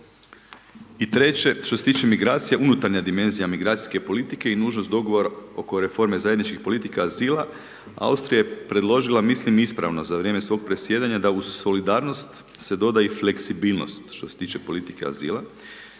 I treće što se tiče migracija, unutarnja dimenzija migracijske politike i nužnost dogovora oko reforme zajedničkih politika azila, Austrija je predložila mislim ispravno za vrijeme svog predsjedanja, da uz solidarnost se doda i fleksibilnost što se tiče politike azila,